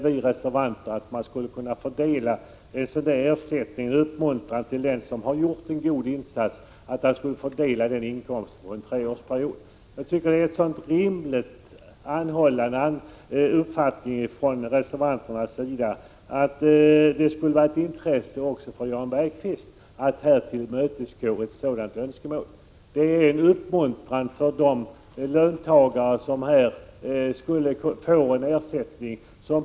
Vi reservanter föreslår att ersättningen till den som har gjort en god insats får fördelas på en treårsperiod. Jag tycker detta är en så pass rimlig anhållan från reservanternas sida att det skulle vara av intresse även för Jan Bergqvist att tillmötesgå ett sådant önskemål. Det skulle vara en uppmuntran till de löntagare som får en ersättning.